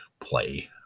play